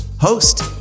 host